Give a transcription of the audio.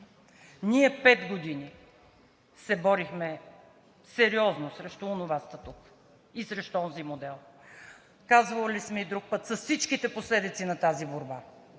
Ние пет години се борихме сериозно срещу онова статукво и срещу онзи модел. Казвали сме и друг път, с всичките последици на тази борба